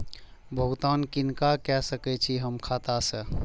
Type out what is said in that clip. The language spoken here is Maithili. भुगतान किनका के सकै छी हम खाता से?